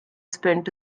spent